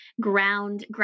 ground